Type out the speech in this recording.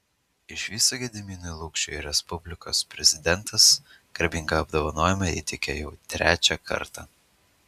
iš viso gediminui lukšiui respublikos prezidentas garbingą apdovanojimą įteikė jau trečią kartą